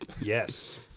Yes